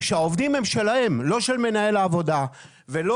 שהעובדים הם שלהם לא של מנהל העבודה ולא